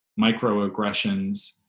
microaggressions